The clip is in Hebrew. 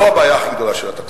לא הבעיה הכי גדולה של התקציב.